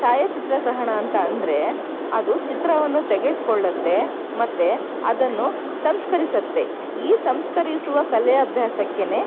ಛಾಯಾಚಿತ್ರಗ್ರಹಣ ಅಂತ ಅಂದರೆ ಅದು ಚಿತ್ರವನ್ನು ತೆಗೆದ್ಕೊಳ್ಳತ್ತೆ ಮತ್ತು ಅದನ್ನು ಸಂಸ್ಕರಿಸತ್ತೆ ಈ ಸಂಸ್ಕರಿಸುವ ಕಲೆ ಅಭ್ಯಾಸಕ್ಕೇನೆ